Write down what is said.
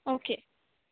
okay